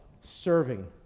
serving